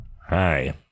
Hi